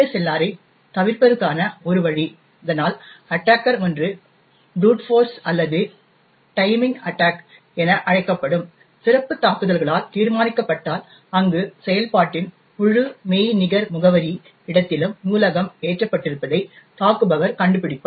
ASLRரைத் தவிர்ப்பதற்கான ஒரு வழி இதனால் அட்டாக்கர் ஒன்று ப்ருட் போர்ஸ் அல்லது டைமிங் அட்டாக் என அழைக்கப்படும் சிறப்புத் தாக்குதல்களால் தீர்மானிக்கப்பட்டால் அங்கு செயல்பாட்டின் முழு மெய்நிகர் முகவரி இடத்திலும் நூலகம் ஏற்றப்பட்டிருப்பதை தாக்குபவர் கண்டுபிடிப்பார்